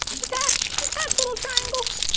detach. detach little triangle.